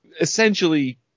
essentially